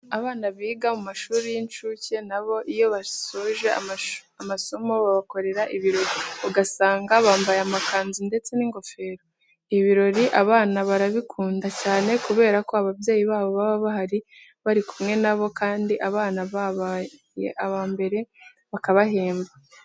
Abana biga mu mashuri y'inshuke na bo iyo basoje amasomo babakorera ibirori, ugasanga bambaye amakanzu ndetse n'ingofero. Ibi birori abana barabikunda cyane kubera ko ababyeyi babo baba bahari bari kumwe na bo kandi abana babaye aba mbere bakabahemba.